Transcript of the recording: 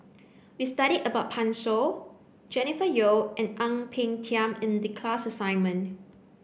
we studied about Pan Shou Jennifer Yeo and Ang Peng Tiam in the class assignment